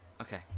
Okay